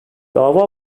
dava